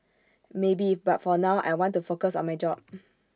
maybe but for now I want to focus on my job